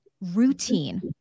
routine